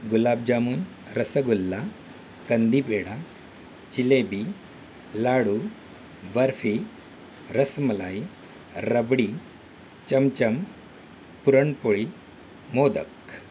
गुलाबजामून रसगुल्ला कंदी पेढा जिलेबी लाडू बर्फी रसमलाई रबडी चमचम पुरणपोळी मोदक